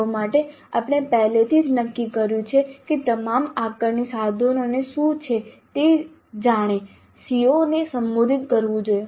CO માટે આપણે પહેલાથી જ નક્કી કર્યું છે કે તમામ આકારણી સાધનો શું છે જેણે તે CO ને સંબોધિત કરવું જોઈએ